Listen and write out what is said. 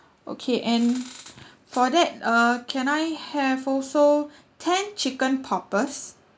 okay and for that uh can I have also ten chicken poppers